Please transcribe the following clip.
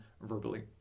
verbally